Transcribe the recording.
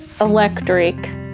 electric